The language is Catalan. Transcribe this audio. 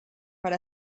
per